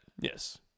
yes